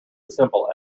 simple